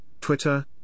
Twitter